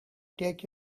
take